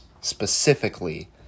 specifically